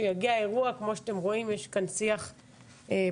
כמו שאתם רואים, יש כאן שיח פתוח.